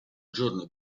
giorno